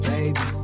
Baby